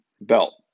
belt